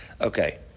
Okay